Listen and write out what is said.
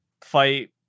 fight